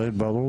הרי ברור